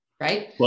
right